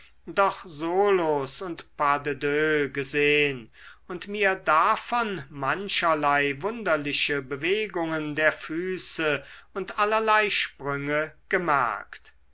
doch solos und pas de deux gesehn und mir davon mancherlei wunderliche bewegungen der füße und allerlei sprünge gemerkt